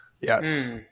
Yes